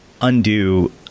undo